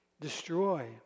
destroy